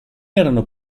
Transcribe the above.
erano